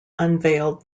unveiled